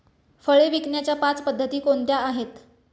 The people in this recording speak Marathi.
फळे विकण्याच्या पाच पद्धती कोणत्या आहेत?